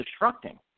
destructing